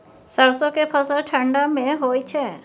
सरसो के फसल ठंडा मे होय छै?